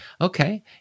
okay